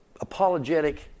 apologetic